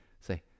Say